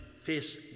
face